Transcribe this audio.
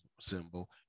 symbol